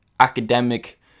academic